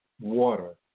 water